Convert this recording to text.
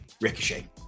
ricochet